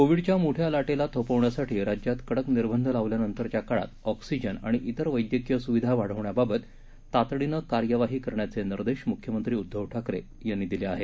कोविडच्या मोठ्या लाटेला थोपविण्यासाठी राज्यात कडक निर्बध लावल्यानंतरच्या काळात ऑक्सिजन आणि तिर वैद्यकीय सुविधा वाढवण्याबाबत तातडीनं कार्यवाही करण्याचे निर्देश मुख्यमंत्री उद्दव ठाकरे यांनी दिले आहेत